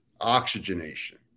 Oxygenation